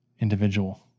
individual